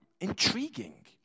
intriguing